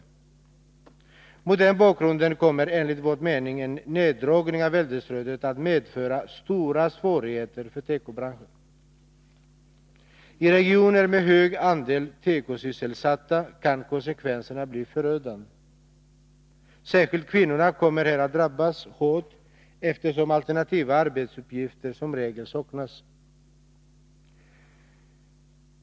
Till följd av detta kommer, enligt vår mening, en neddragning av äldrestödet att medföra stora svårigheter för tekobranschen. I regioner med hög andel tekosysselsatta kan konsekvenserna bli förödande. Särskilt kvinnorna kommer här att drabbas hårt, eftersom alternativa arbetsuppgifter som regel saknas.